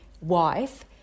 wife